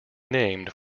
named